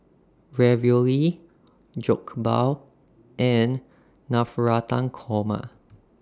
Ravioli Jokbal and Navratan Korma